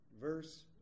verse